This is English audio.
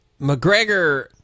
McGregor